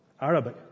Arabic